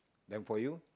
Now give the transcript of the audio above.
then for you